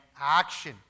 action